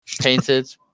Painted